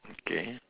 okay